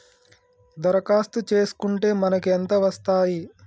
దరఖాస్తు చేస్కుంటే మనకి ఎంత వస్తాయి?